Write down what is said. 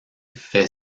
fait